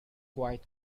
quite